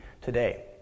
today